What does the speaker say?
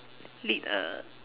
lead a